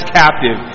captive